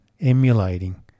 emulating